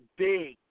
big